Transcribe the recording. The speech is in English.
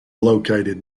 located